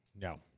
No